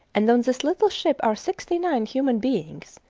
and on this little ship are sixty-nine human beings,